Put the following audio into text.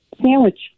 sandwich